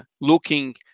looking